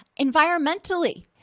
Environmentally